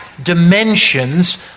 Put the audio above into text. dimensions